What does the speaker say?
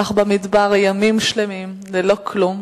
הלך במדבר ימים שלמים ללא כלום,